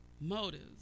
Motives